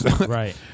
Right